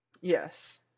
Yes